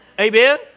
Amen